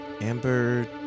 Amber